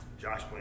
Josh